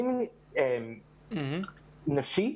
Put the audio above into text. נשית.